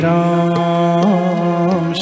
Ram